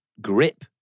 grip